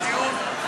יש דיון,